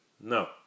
No